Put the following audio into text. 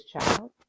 child